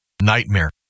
nightmare